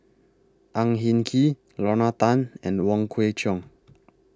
Ang Hin Kee Lorna Tan and Wong Kwei Cheong